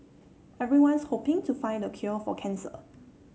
everyone's hoping to find the cure for cancer